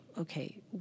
okay